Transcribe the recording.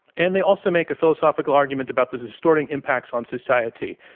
and they also make a philosophical argument about the distorting impacts on society.